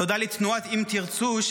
לתנועת אם תרצו,